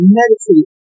meditate